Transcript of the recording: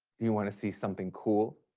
do you wanna see something cool?